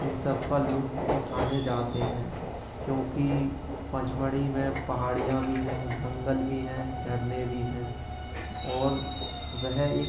इन सबका लुफ्त उठाने जाते हैं क्योंकि पंचमढ़ी में पहाड़ियाँ भी हैं जंगल भी हैं झरने भी हैं और वह एक